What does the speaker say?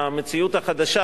במציאות החדשה,